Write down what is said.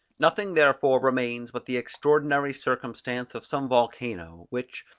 nothing therefore remains but the extraordinary circumstance of some volcano, which,